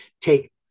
Take